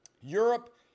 Europe